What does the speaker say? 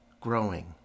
growing